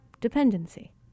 dependency